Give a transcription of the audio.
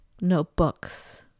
notebooks